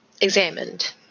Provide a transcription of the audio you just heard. examined